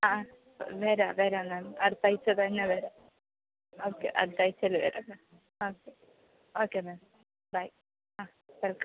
ആ വരാം വരാം മാം അടുത്താഴ്ച തന്നെ വരാം ഓക്കെ അടുത്താഴ്ച്ചയിൽ വരാം ഓക്കെ ഓക്കെ മാം ബൈ ആ വെൽക്കം